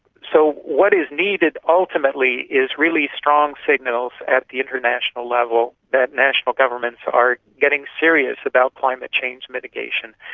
so what is needed ultimately is really strong signals at the international level that national governments are getting serious about climate change mitigation.